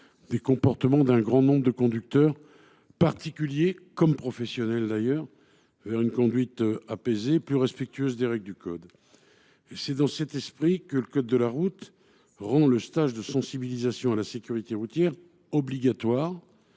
des comportements d’un grand nombre de conducteurs, particuliers comme professionnels, vers une conduite apaisée et plus respectueuse des règles du code de la route. C’est dans cet esprit que ce code rend le stage de sensibilisation à la sécurité routière obligatoire